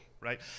right